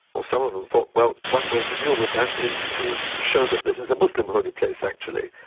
or some of them thought, well, one way to deal with that is to show that this is a muslim holy place actually.